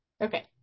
Okay